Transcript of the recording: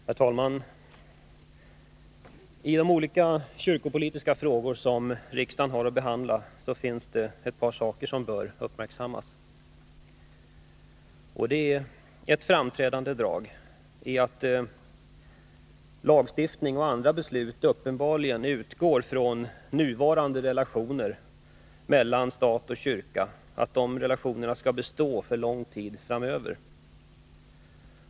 Herr talman! I de olika kyrkopolitiska frågor som riksdagen har att behandla finns det ett par saker som bör uppmärksammas. Ett framträdande drag är att lagstiftning och andra beslut uppenbarligen utgår från att nuvarande relationer mellan stat och kyrka skall bestå för lång tid framöver.